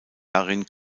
darin